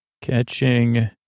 Catching